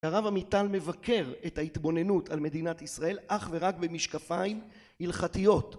הרב עמיטל מבקר את ההתבוננות על מדינת ישראל אך ורק במשקפיים הלכתיות